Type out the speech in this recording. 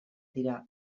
dira